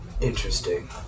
Interesting